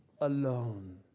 alone